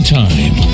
time